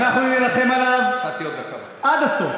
ואנחנו נילחם עליו עד הסוף,